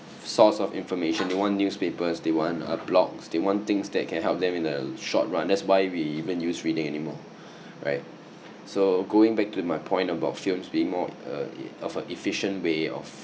source of information they want newspapers they want uh blogs they want things that can help them in the short run that's why we even use reading anymore right so going back to my point about films being more uh of an efficient way of